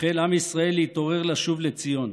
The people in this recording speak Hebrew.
החל עם ישראל להתעורר לשוב לציון,